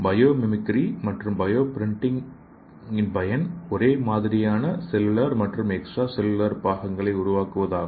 bio mimicry மற்றும் bio printing பயன் ஒரே மாதிரியான செல்லுலார் மற்றும் எக்ஸ்ட்ரா செல்லுலார் பாகங்களை உருவாக்குவதாகும்